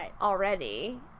already